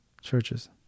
churches